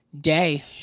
day